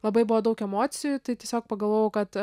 labai buvo daug emocijų tai tiesiog pagalvojau kad